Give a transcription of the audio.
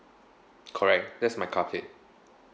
correct that's my car plate